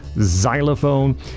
xylophone